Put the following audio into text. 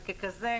וככזה,